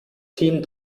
team